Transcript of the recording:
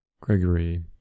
Gregory